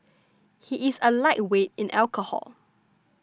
he is a lightweight in alcohol